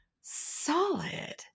solid